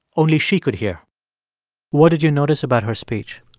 only she could hear what did you notice about her speech?